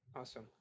Awesome